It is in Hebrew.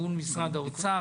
מול משרד האוצר,